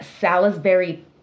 Salisbury